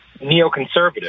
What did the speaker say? neoconservative